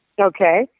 Okay